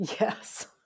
Yes